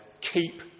keep